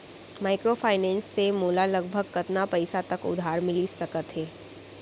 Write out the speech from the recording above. Microfinance से मोला लगभग कतना पइसा तक उधार मिलिस सकत हे?